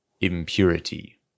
Impurity